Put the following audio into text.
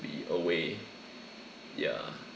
be away ya